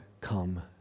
come